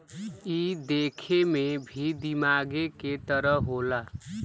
ई देखे मे भी दिमागे के तरह होला